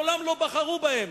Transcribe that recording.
מעולם לא בחרו בהם,